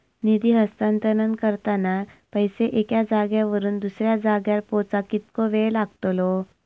निधी हस्तांतरण करताना पैसे एक्या जाग्यावरून दुसऱ्या जाग्यार पोचाक कितको वेळ लागतलो?